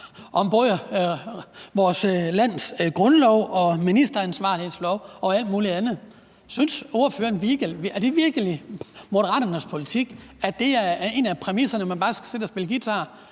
om både vores lands grundlov og ministeransvarlighedslov og alt muligt andet. Er det virkelig Moderaternes politik, at det er en af præmisserne, altså at man bare skal sidde og spille guitar: